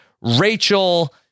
Rachel